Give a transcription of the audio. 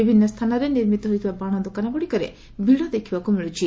ବିଭିନ୍ନ ସ୍ଚାନରେ ନିର୍ମିତ ହୋଇଥିବା ବାଣ ଦୋକାନଗୁଡ଼ିକରେ ଭିଡ଼ ଦେଖିବାକୁ ମିଳିଛି